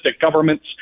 governments